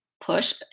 push